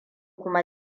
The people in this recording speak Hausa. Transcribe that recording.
kuma